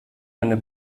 eine